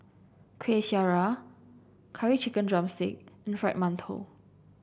Kueh Syara Curry Chicken drumstick and Fried Mantou